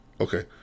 okay